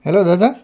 hello Dada